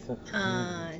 so